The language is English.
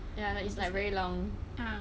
ya it's like very long